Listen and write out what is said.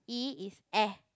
E is air